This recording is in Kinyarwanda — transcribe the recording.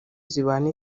zibana